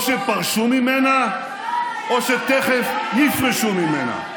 או שפרשו ממנה או שתכף יפרשו ממנה.